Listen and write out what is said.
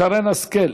שרן השכל,